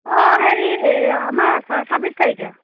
অঁ হেৰি আমাৰ ছা ছাব্বিছ তাৰিখে